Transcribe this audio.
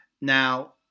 Now